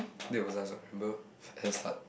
that was us what remember at the start